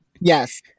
yes